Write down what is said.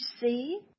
see